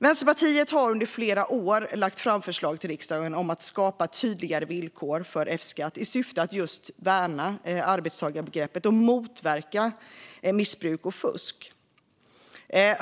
Vänsterpartiet har under flera år lagt fram förslag till riksdagen om att skapa tydligare villkor för F-skatt i syfte att värna arbetstagarbegreppet och motverka missbruk och fusk.